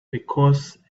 because